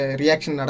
reaction